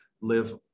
live